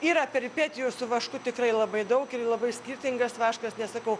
yra peripetijų su vašku tikrai labai daug ir labai skirtingas vaškas nes sakau